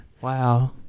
Wow